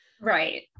Right